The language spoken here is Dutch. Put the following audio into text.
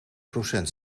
procent